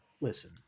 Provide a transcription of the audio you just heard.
Listen